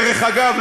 דרך אגב,